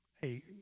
Hey